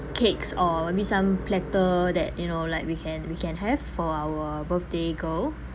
cakes or maybe some platter that you know like we can we can have for our birthday girl